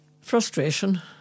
Frustration